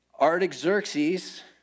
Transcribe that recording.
Artaxerxes